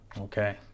Okay